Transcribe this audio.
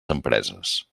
empreses